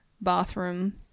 bathroom